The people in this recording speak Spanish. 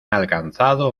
alcanzado